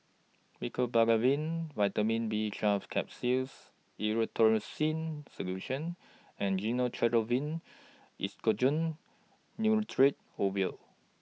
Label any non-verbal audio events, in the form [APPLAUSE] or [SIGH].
Mecobalamin Vitamin B twelve Capsules Erythroymycin Solution and Gyno Travogen [UNINTELLIGIBLE] Nitrate Ovule